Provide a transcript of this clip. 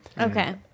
Okay